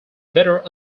better